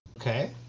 Okay